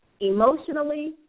emotionally